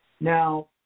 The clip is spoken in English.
Now